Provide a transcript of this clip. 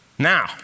Now